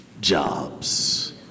Jobs